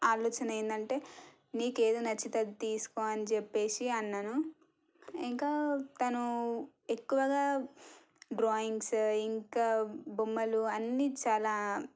ఆలోచన ఏంటంటే నీకు ఏది నచ్చితే అది తీసుకో అని చెప్పేసి అన్నాను ఇంకా తను ఎక్కువగా డ్రాయింగ్స్ ఇంకా బొమ్మలు అన్నీ చాలా